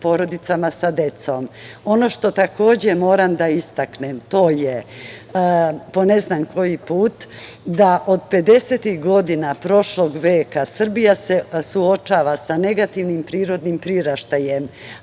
porodicama sa decom. Moram da istaknem, po ne znam koji put, da od 50-ih godina prošlog veka Srbija se suočava sa negativnim prirodnim priraštajem,